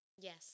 Yes